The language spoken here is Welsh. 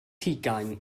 hugain